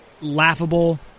laughable